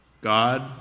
God